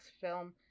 film